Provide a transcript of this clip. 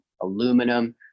aluminum